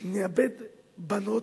נאבד בנות,